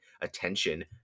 attention